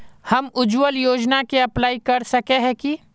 हम उज्वल योजना के अप्लाई कर सके है की?